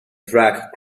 track